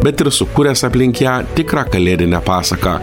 bet ir sukūręs aplink ją tikrą kalėdinę pasaką